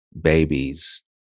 babies